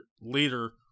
leader